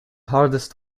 hardest